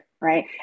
right